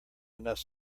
enough